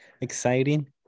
exciting